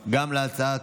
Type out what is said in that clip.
והרווחה.